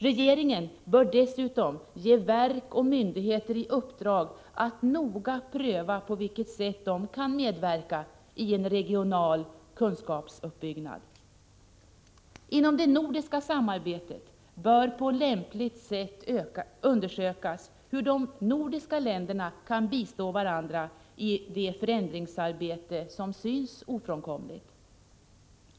Regeringen bör dessutom ge verk och myndigheter i uppdrag att noga pröva på vilket sätt de kan medverka i en regional kunskapsuppbyggnad. Inom det nordiska samarbetet bör på lämpligt sätt undersökas hur de nordiska länderna kan bistå varandra i det förändringsarbete som synes ofrånkomligt.